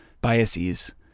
biases